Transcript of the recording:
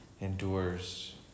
endures